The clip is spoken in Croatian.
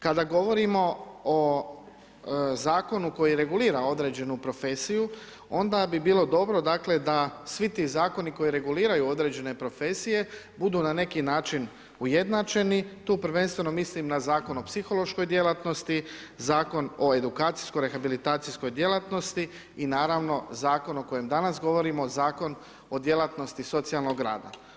Kada govorimo o zakonu koji regulira određenu profesiju, onda bi bilo dobro dakle da svi ti zakoni koji reguliraju određene profesije budu na neki način ujednačeni, tu prvenstveno mislim na Zakon o psihološkoj djelatnosti, Zakon o edukacijsko-rehabilitacijskoj djelatnosti i naravno zakon o kojem danas govorimo, Zakon o djelatnosti socijalnog rada.